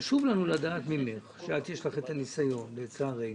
חשוב לנו לדעת ממך, לך יש את הניסיון, לצערנו,